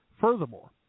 Furthermore